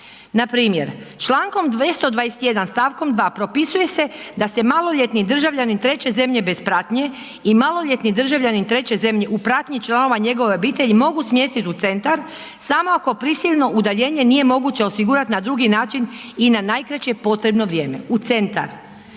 Npr. čl. 221. st. 2. propisuje se da se maloljetni državljanin treće zemlje bez pratnje i maloljetni državljanin treće zemlje u pratnji članova njegove obitelji mogu smjestit u centar samo ako prisilno udaljenje nije moguće osigurat na drugi način i na najkraće potrebno vrijeme u centar.